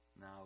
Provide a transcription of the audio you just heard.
now